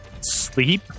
sleep